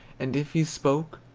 and if he spoke,